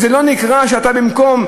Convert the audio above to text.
זה לא נקרא שאתה במקום,